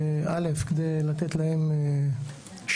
א', כדי לתת להם שירות